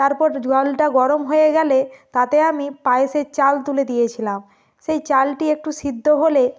তারপর জলটা গরম হয়ে গেলে তাতে আমি পায়েসের চাল তুলে দিয়েছিলাম সেই চালটি একটু সিদ্ধ হলে